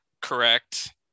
correct